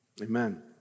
Amen